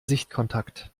sichtkontakt